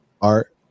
art